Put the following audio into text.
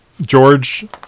George